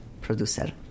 producer